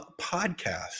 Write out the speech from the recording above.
Podcast